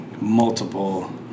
multiple